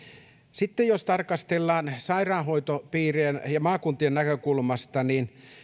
sitten jos tarkastellaan sairaanhoitopiirien ja maakuntien näkökulmasta niin